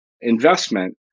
investment